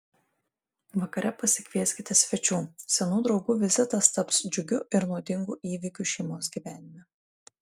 vakare pasikvieskite svečių senų draugų vizitas taps džiugiu ir naudingu įvykiu šeimos gyvenime